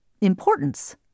importance